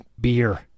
beer